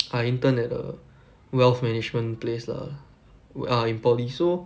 I intern at the wealth management place lah we~ ah in poly so